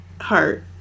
heart